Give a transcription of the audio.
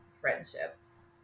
friendships